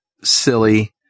silly